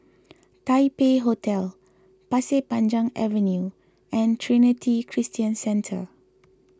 Taipei Hotel Pasir Panjang Avenue and Trinity Christian Centre